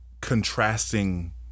contrasting